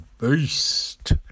beast